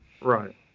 Right